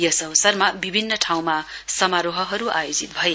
यस अवसरमा विभिन्न ठाउँमा समारोहहरू आयोजित भयो